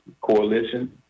coalition